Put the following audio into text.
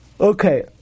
Okay